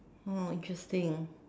oh interesting